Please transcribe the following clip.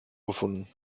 gefunden